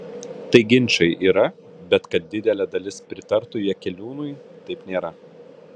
tai ginčai yra bet kad didelė dalis pritartų jakeliūnui taip nėra